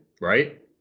right